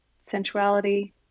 sensuality